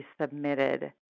submitted